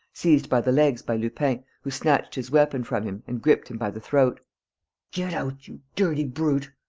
seized by the legs by lupin, who snatched his weapon from him and gripped him by the throat get out, you dirty brute!